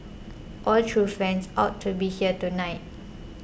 all true fans ought to be here tonight